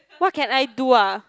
what can I do ah